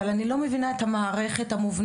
אבל אני לא מבינה את המערכת המובנית,